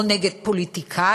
או נגד פוליטיקאים.